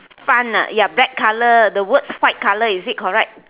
front ah ya black color the words white color is it correct